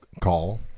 call